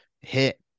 hit